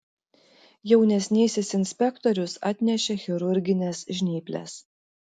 jaunesnysis inspektorius atnešė chirurgines žnyples